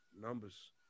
numbers